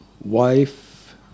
wife